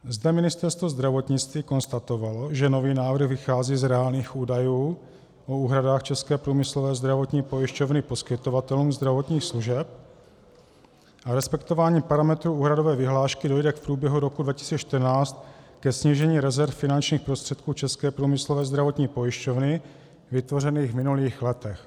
Zde Ministerstvo zdravotnictví konstatovalo, že nový návrh vychází z reálných údajů o úhradách České průmyslové zdravotní pojišťovny poskytovatelům zdravotních služeb a respektováním parametru úhradové vyhlášky dojde v průběhu roku 2014 ke snížení rezerv finančních prostředků České průmyslové zdravotní pojišťovny vytvořených v minulých letech.